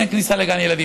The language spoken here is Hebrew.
אין כניסה לגן ילדים.